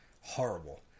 horrible